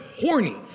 horny